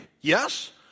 yes